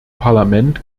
parlament